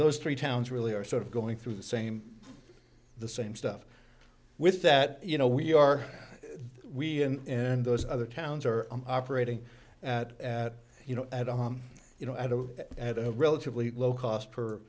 those three towns really are sort of going through the same the same stuff with that you know we are we and those other towns are operating at at you know at home you know at a at a relatively low cost per